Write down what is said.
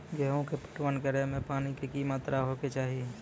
गेहूँ के पटवन करै मे पानी के कि मात्रा होय केचाही?